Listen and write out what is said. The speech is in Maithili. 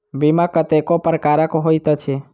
बीमा कतेको प्रकारक होइत अछि